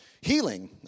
healing